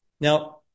Now